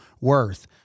worth